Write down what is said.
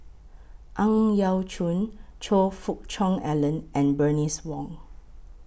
Ang Yau Choon Choe Fook Cheong Alan and Bernice Wong